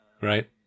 Right